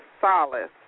Solace